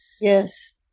Yes